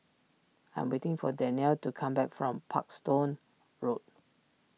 I'm waiting for Danniel to come back from Parkstone Road